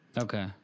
Okay